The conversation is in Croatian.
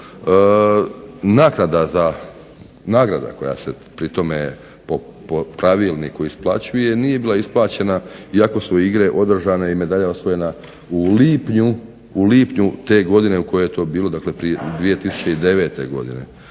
Katovicama, nagrada koja se pri tome pravilniku isplaćuje nije bila isplaćena iako su igre održane i medalja osvojena u lipnju te godine u kojoj je to bilo, dakle 2009. godine.